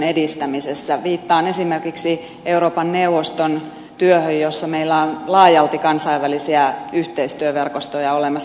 viittaan esimerkiksi euroopan neuvoston työhön jossa meillä on laajalti kansainvälisiä yhteistyöverkostoja olemassa